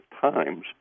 times